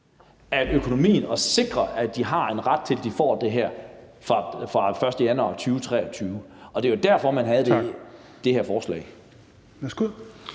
økonomien og sikrer, at de har en ret til at få det her fra den 1. januar 2023. Det er jo derfor, man kom med det her forslag.